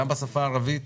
גם בשפה הערבית,